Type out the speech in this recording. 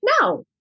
No